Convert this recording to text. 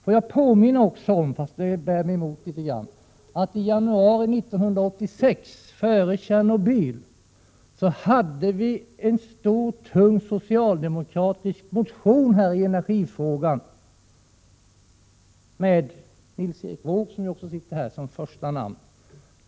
Låt mig påminna om — även om det litet grand bär mig emot — att det i januari 1986, före Tjernobylolyckan, väcktes en stor och tung socialdemokratisk motion i energifrågan, med Nils Erik Wååg — som nu sitter här i kammaren — som första namn.